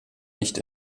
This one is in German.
nicht